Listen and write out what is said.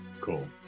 Cool